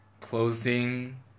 closing